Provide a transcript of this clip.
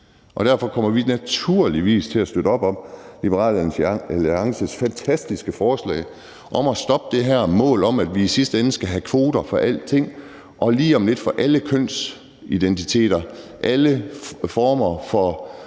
Derfor kommer vi naturligvis til at støtte op om Liberal Alliances fantastiske forslag om at stoppe det her mål om, at vi i sidste ende skal have kvoter for alting og lige om lidt også for alle kønsidentiteter, alle former for